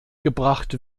gebracht